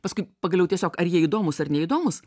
paskui pagaliau tiesiog ar jie įdomūs ar neįdomūs